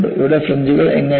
ഇവിടെ ഫ്രിഞ്ച്കൾ എങ്ങനെയാണ്